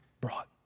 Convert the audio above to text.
brought